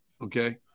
okay